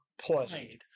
played